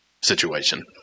situation